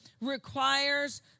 requires